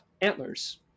antlers